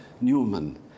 Newman